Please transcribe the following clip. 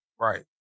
Right